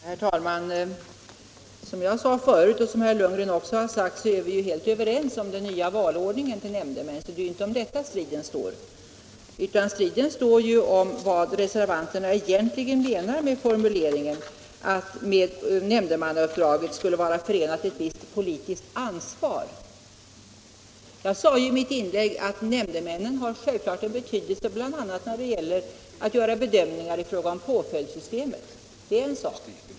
Herr talman! Som jag sade förut och som även herr Lundgren sagt är vi helt överens om den nya valordningen för nämndemän, så det är inte om detta striden står. Striden står om vad reservanterna egentligen menar med formuleringen att med nämndemannauppdraget skulle vara förenat ett visst politiskt ansvar. Jag sade i mitt inlägg att nämndemännen självklart har betydelse bl.a. när det gäller att göra bedömningar i fråga om påföljdssystemet. Det är en sak.